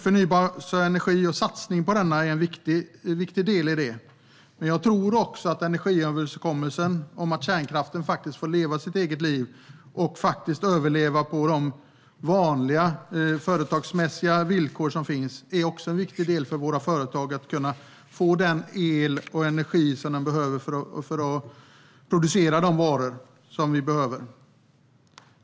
Förnybar energi och satsning på denna är en viktig del i detta. Jag tror att också energiöverenskommelsen om att kärnkraften får leva sitt eget liv och överleva på de vanliga företagsmässiga villkor som finns är en viktig del för våra företag. Det är viktigt när det gäller att de ska kunna få den el och den energi som behövs för att producera de varor som vi behöver.